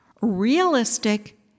realistic